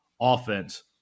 offense